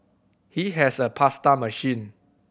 he has a pasta machine